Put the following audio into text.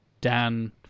Dan